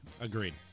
Agreed